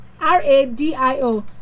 R-A-D-I-O